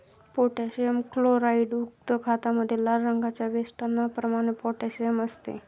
potassium क्लोराईडयुक्त खतामध्ये लाल रंगाच्या वेष्टनाप्रमाणे पोटॅशियम असते